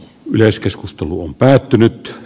yleiskeskustelu on päättynyt